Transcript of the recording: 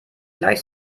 gleich